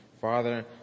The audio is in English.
Father